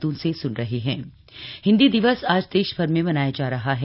हिन्दी दिवस हिन्दी दिवस आज देशभर में मनाया जा रहा है